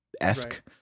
esque